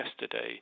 yesterday